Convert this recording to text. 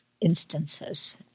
instances